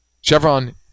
Chevron